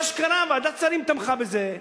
מה שקרה, ועדת השרים תמכה בזה,